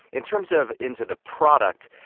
in terms of into the product,